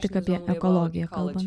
tik apie ekologiją kalbam